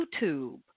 YouTube